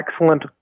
excellent